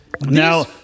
Now